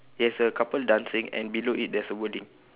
it has a couple dancing and below it there's a wording